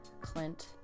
Clint